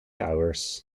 hours